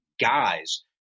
guys